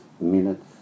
minutes